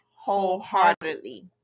wholeheartedly